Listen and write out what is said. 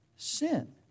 sin